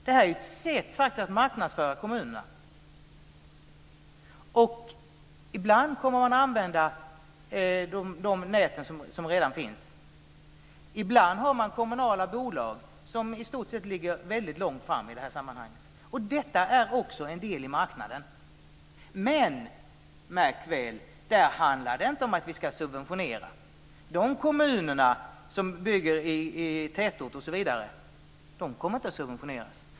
Det här är ett sätt att marknadsföra kommunerna. Ibland kommer man att använda de nät som redan finns. Ibland har man kommunala bolag som ligger väldigt långt framme i det här sammanhanget. Detta är också en del i marknaden. Men, märk väl, där handlar det inte om att vi ska subventionera. De kommuner som bygger i tätorter kommer inte att subventioneras.